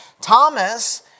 Thomas